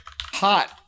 hot